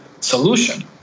solution